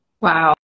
Wow